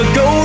go